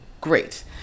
great